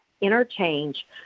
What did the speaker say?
interchange